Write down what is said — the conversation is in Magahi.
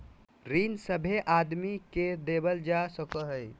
ऋण सभे आदमी के देवल जा सको हय